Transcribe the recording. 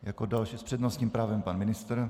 Jako další s přednostním právem pan ministr.